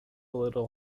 little